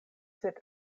sed